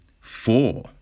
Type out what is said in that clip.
four